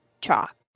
chalk